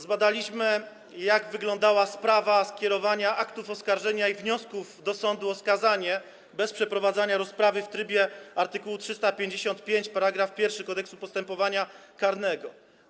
Zbadaliśmy, jak wyglądała sprawa skierowania aktów oskarżenia i wniosków do sądu o skazanie bez przeprowadzania rozprawy w trybie art. 355 § 1 Kodeksu postępowania karnego.